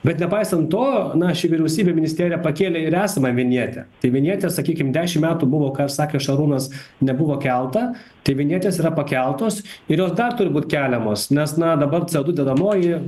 bet nepaisant to ši vyriausybė ministerija pakėlė ir esamą vinjetę tai vinjetė sakykim dešim metų buvo ką sakė šarūnas nebuvo kelta tai vinjetės yra pakeltos ir jos dar turi būt keliamos nes na dabar co du dedamoji